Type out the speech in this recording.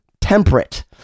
temperate